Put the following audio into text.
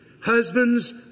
Husbands